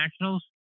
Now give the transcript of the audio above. Nationals